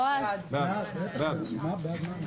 הצבעה בעד הבקשה